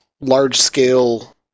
large-scale